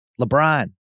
LeBron